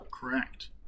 Correct